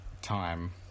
time